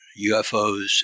UFOs